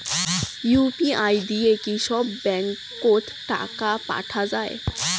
UPI দিয়া কি সব ব্যাংক ওত টাকা পাঠা যায়?